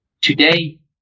today